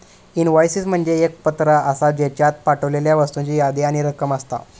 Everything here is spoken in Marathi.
इनव्हॉयसिस म्हणजे एक पत्र आसा, ज्येच्यात पाठवलेल्या वस्तूंची यादी आणि रक्कम असता